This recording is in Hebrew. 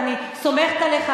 ואני סומכת עליך.